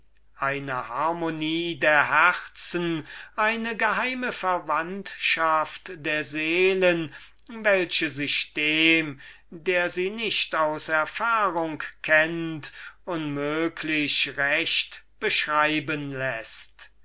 eine harmonie der herzen eine geheime verwandtschaft der seelen die sich denen so sie nicht aus erfahrung kennen unmöglich beschreiben läßt